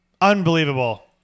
Unbelievable